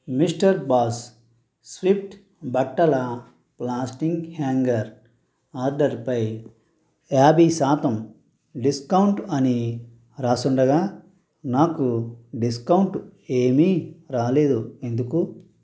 mister boss swift బట్టల plastic hanger ఆర్డరుపై యాభై శాతం డిస్కౌంట్ అని రాసుండగా నాకు డిస్కౌంట్ ఏమీ రాలేదు ఎందుకు